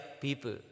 people